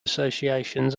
associations